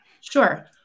Sure